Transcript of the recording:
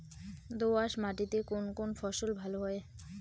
দোঁয়াশ মাটিতে কোন কোন ফসল ভালো হয়?